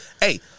Hey